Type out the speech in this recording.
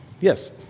Yes